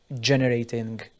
generating